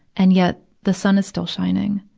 and yet the sum is still shining.